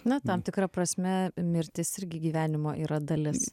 na tam tikra prasme mirtis irgi gyvenimo yra dalis